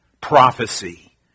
prophecy